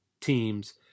teams